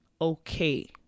okay